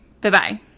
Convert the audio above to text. Bye-bye